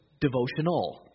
devotional